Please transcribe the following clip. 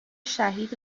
شهید